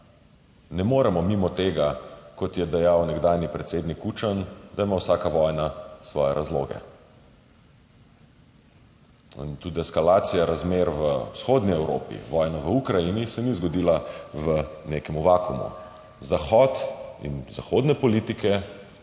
Ne moremo mimo tega, kot je dejal nekdanji predsednik Kučan, da ima vsaka vojna svoje razloge. Tudi eskalacija razmer v vzhodni Evropi, vojna v Ukrajini se ni zgodila v nekem vakuumu. Zahod in zahodne politike